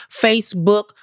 Facebook